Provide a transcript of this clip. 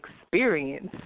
Experience